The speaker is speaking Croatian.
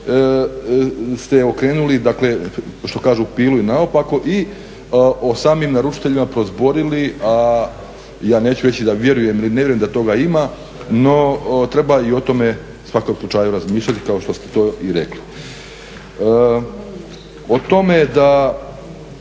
ste okrenuli, dakle što kažu, pilu naopako i o samim naručiteljima prozborili, a ja neću reći da vjerujem ili ne vjerujem da toga ima, no treba i o tome u svakom slučaju razmišljati kao što ste to i rekli. O tome da